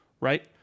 right